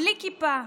בלי כיפה,